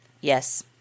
Yes